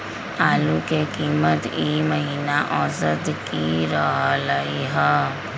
आलू के कीमत ई महिना औसत की रहलई ह?